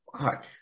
fuck